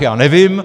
Já nevím.